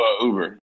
uber